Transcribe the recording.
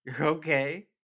Okay